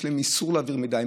יש להם איסור להעביר מידע.